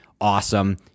awesome